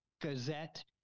gazette